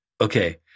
okay